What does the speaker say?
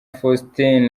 faustin